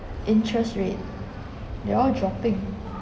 interest rate they're all dropping